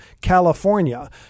California